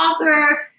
author